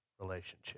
relationship